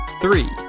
Three